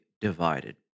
divided